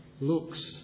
looks